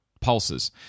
pulses